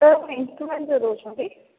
sir ଆପଣ ଇଂସ୍ଟଲମେଣ୍ଟରେ ଦେଉଛନ୍ତି